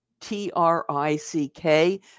T-R-I-C-K